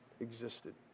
existed